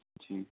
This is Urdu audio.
جی